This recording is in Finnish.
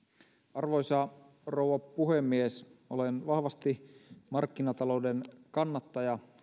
arvoisa rouva puhemies olen vahvasti markkinatalouden kannattaja